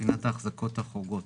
מבחינת ההחזקות החורגות